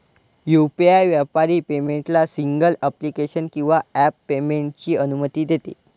UPI व्यापारी पेमेंटला single application किंवा ॲप पेमेंटची अनुमती देते